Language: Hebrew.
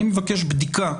אני מבקש בדיקה